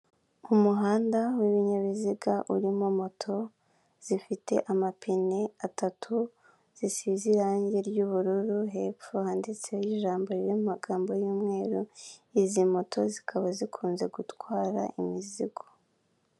Umuhanda w'ibinyabiziga urimo moto, zifite amapine atatu, zisize irangi ry'ubururu, hepfo handitseho ijambo riri mu magambo y'umweru, izi moto zikaba zikunze gutwara imizigo.